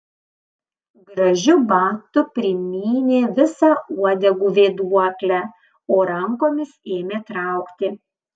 gražiu batu primynė visą uodegų vėduoklę o rankomis ėmė traukti